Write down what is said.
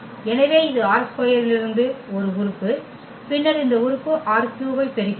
எனவே இது ℝ2 இலிருந்து ஒரு உறுப்பு பின்னர் இந்த உறுப்பு ℝ3 ஐப் பெறுகிறோம்